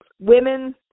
women